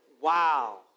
Wow